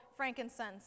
frankincense